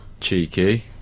Cheeky